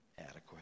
adequate